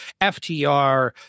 FTR